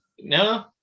No